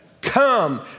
Come